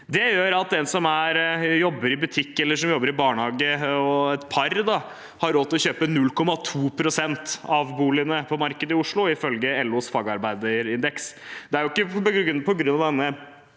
Det gjør at en som jobber i butikk eller i barnehage og er en del av et par, har råd til å kjøpe 0,2 pst. av boligene på markedet i Oslo, ifølge LOs fagarbeiderindeks. Det er jo ikke på grunn av dette